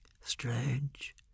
Strange